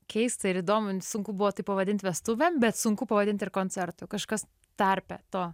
keista ir įdomu sunku buvo tai pavadint vestuvėm bet sunku pavadint ir koncertu kažkas tarpe to